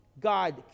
God